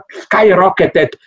skyrocketed